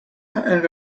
and